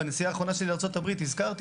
בנסיעה האחרונה שלי לארצות הברית הזכרתי